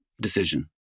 decision